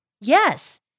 Yes